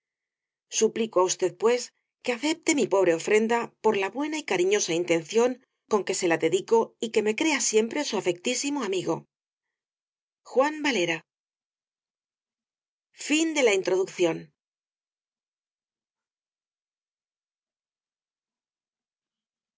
suplico á usted pues que acepte mi pobre ofrenda por la buena y cariñosa intención con que se la dedico y que me crea siempre su afectísimo amigo q i b i m j uan v alera ftí juanita la